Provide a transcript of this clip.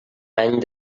any